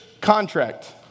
contract